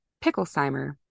Picklesimer